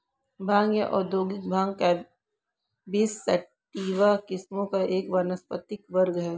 भांग या औद्योगिक भांग कैनबिस सैटिवा किस्मों का एक वानस्पतिक वर्ग है